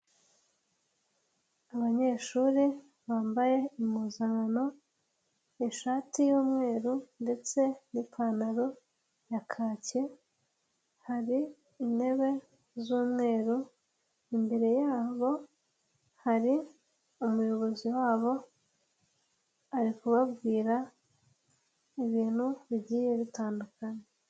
Abanyeshuri bambaye impuzano, ishati y'umweru ndetse ni'pantaro ya kake, hari intebe z'umweru, imbere yabo hari umuyobozi wabo, arikubwira ibintu bigiye bitandukanye.